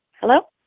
Hello